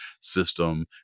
system